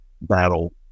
battle